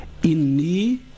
Inni